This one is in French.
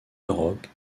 europe